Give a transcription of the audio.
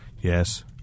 yes